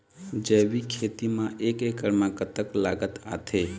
जैविक खेती म एक एकड़ म कतक लागत आथे?